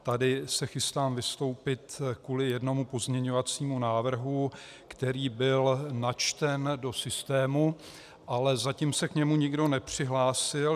Tady se chystám vystoupit kvůli jednomu pozměňovacímu návrhu, který byl načten do systému, ale zatím se k němu nikdo nepřihlásil.